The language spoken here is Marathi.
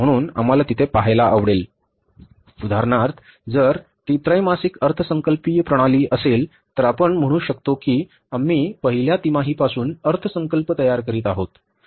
म्हणून आम्हाला तिथे पहायला आवडेल उदाहरणार्थ जर ती त्रैमासिक अर्थसंकल्पीय प्रणाली असेल तर आपण म्हणू शकतो की आम्ही पहिल्या तिमाहीपासून अर्थसंकल्प तयार करीत आहोत